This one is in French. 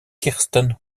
kirsten